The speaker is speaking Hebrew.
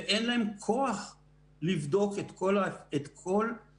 אין לי מושג מי אפשר לדבר הזה לצמוח